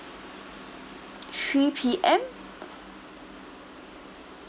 three P_M